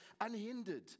unhindered